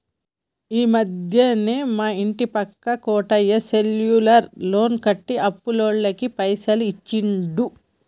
ఈ మధ్యనే మా ఇంటి పక్క కోటయ్య సెక్యూర్ లోన్ పెట్టి అప్పులోళ్లకు పైసలు ఇచ్చిండు